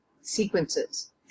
sequences